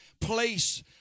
place